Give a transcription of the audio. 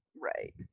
right